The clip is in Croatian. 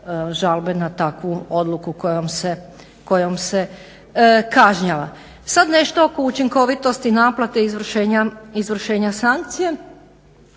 na takvu odluku kojom se kažnjava. Sad nešto oko učinkovitosti naplate izvršenja sankcije.